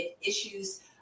issues